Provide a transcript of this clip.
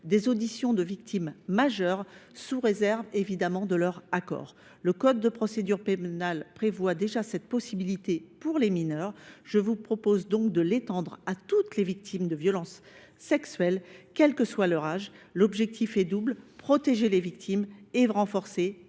des auditions de victimes majeures, sous réserve de leur accord. Le code de procédure pénale prévoit déjà cette possibilité pour les mineurs. Je vous propose de l’étendre à toutes les victimes de violences sexuelles, quel que soit leur âge. L’objectif est double : protéger les victimes et renforcer la qualité des preuves.